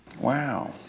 Wow